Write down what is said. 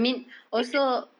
they said